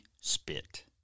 Spit